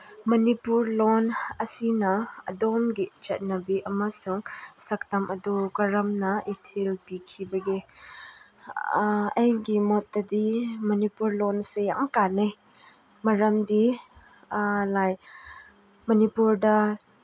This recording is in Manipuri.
ꯃꯅꯤꯄꯨꯔ ꯂꯣꯟ ꯑꯁꯤꯅ ꯑꯗꯣꯝꯒꯤ ꯆꯠꯅꯕꯤ ꯑꯃꯁꯨꯡ ꯁꯛꯇꯝ ꯑꯗꯨ ꯀꯔꯝꯅ ꯏꯊꯤꯜ ꯄꯤꯈꯤꯕꯒꯦ ꯑꯩꯒꯤ ꯃꯣꯠꯇꯗꯤ ꯃꯅꯤꯄꯨꯔ ꯂꯣꯟꯁꯦ ꯌꯥꯝ ꯀꯥꯅꯩ ꯃꯔꯝꯗꯤ ꯃꯅꯤꯄꯨꯔꯗ